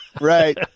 right